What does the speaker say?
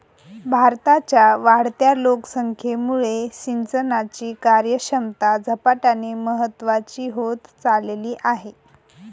भारताच्या वाढत्या लोकसंख्येमुळे सिंचनाची कार्यक्षमता झपाट्याने महत्वाची होत चालली आहे